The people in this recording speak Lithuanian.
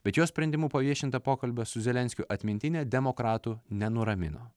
bet jo sprendimu paviešinta pokalbio su zelenskiu atmintinė demokratų nenuramino